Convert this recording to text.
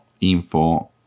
info